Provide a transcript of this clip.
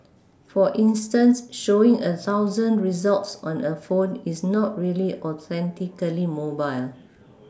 for instance showing a thousand results on a phone is not really authentically mobile